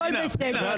הכול בסדר,